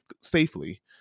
safely